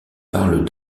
parle